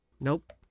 Nope